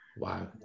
Wow